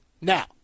Now